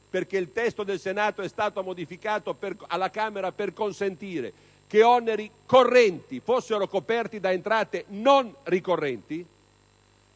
(perché il testo del Senato è stato modificato alla Camera per consentire che oneri correnti siano coperti da entrate non ricorrenti),